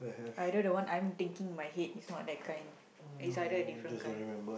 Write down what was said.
either the one I'm thinking in my head is not that kind it's either a different kind